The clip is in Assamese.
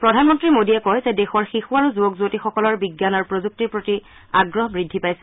প্ৰধানমন্ত্ৰী মোদীয়ে কয় যে দেশৰ শিশু আৰু যুৱক যুৱতীসকলৰ বিজ্ঞান আৰু প্ৰযুক্তিৰ প্ৰতি আগ্ৰহ বৃদ্ধি পাইছে